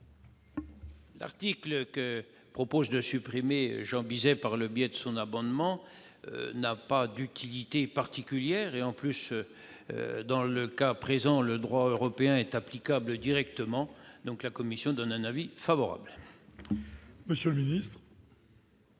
L'article que propose de supprimer Jean Bizet par le biais de son amendement n'a pas d'utilité particulière. De plus, dans le cas présent, le droit européen est applicable directement. La commission donne donc un avis favorable. Quel est